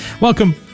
Welcome